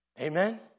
Amen